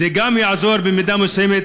גם זה יעזור במידה מסוימת